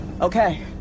Okay